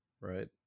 right